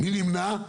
מי נמנע?